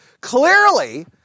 clearly